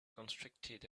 constricted